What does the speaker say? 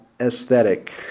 aesthetic